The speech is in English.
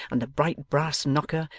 and the bright brass knocker,